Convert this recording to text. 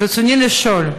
ברצוני לשאול: